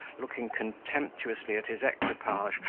looking contemptuously at his equipage,